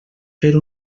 fer